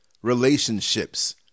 relationships